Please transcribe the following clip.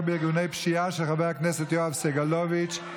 בארגוני פשיעה של חבר הכנסת יואב סגלוביץ'.